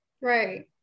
Right